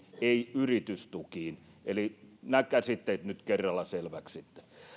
ei yritystukiin eli nämä käsitteet nyt kerralla selväksi